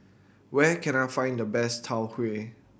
where can I find the best Tau Huay